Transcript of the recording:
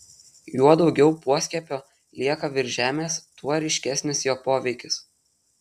juo daugiau poskiepio lieka virš žemės tuo ryškesnis jo poveikis